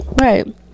Right